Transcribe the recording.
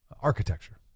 architecture